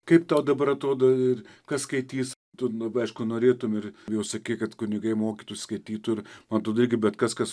kaip tau dabar atrodo ir kas skaitys tu labai aišku norėtum ir jau sakei kad kunigai mokytų skaitytų ir man atrodo irgi bet kas kas